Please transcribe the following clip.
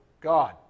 God